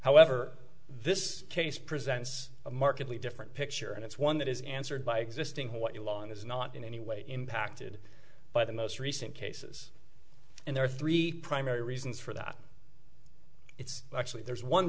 however this case presents a markedly different picture and it's one that is answered by existing what you law and is not in any way impacted by the most recent cases and there are three primary reasons for that it's actually there's one